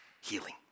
healing